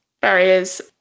barriers